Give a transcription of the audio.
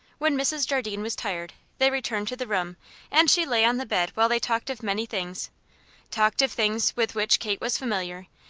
when mrs. jardine was tired, they returned to the room and she lay on the bed while they talked of many things talked of things with which kate was familiar,